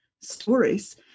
stories